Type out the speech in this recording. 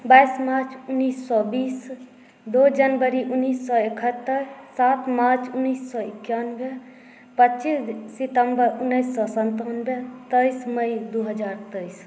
बाइस मार्च उनीस सओ बीस दो जनवरी उनैस सओ एकहतर सात मार्च उनैस सओ एकानवे पचीस सितम्बर उनैस सओ सनतानवे तेइस मइ दो हजार तेइस